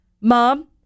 Mom